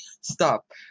stop